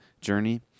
journey